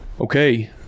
Okay